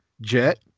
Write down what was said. jet